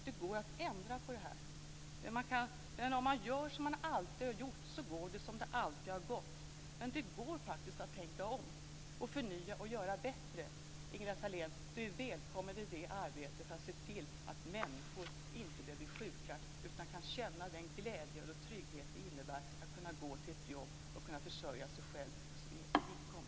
Det går att ändra på det här. Om man gör som man alltid har gjort, så går det som det alltid har gått, men det går faktiskt att tänka om, att förnya och att förbättra. Ingela Thalén är välkommen i det arbetet för att se till att människor inte behöver bli sjuka utan kan känna den glädje och den trygghet som det innebär att kunna gå till ett jobb och kunna försörja sig själv på sin egen inkomst.